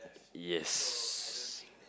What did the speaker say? yes